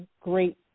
great